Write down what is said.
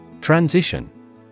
Transition